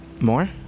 More